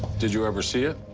did you ever see it?